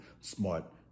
smart